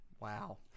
Wow